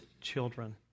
children